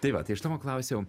tai va tai aš tavo klausiau